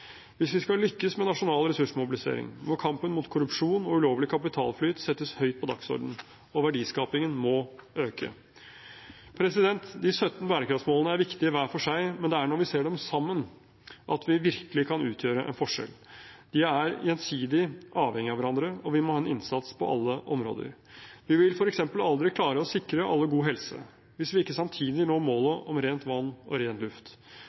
Hvis vi skal lykkes med nasjonal ressursmobilisering, må kampen mot korrupsjon og ulovlig kapitalflyt settes høyt på dagsordenen. Og verdiskapingen må øke. De 17 bærekraftsmålene er viktige hver for seg, men det er når vi ser dem sammen, at vi virkelig kan utgjøre en forskjell. De er gjensidig avhengig av hverandre, og vi må ha en innsats på alle områder: Vi vil f.eks. aldri klare å sikre alle god helse hvis vi ikke samtidig når målet om rent vann og ren luft.